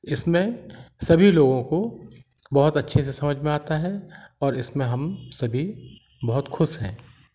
इसमें सभी लोगों को बहुत अच्छे से समझ में आता है और इसमें हम सभी बहुत खुश हैं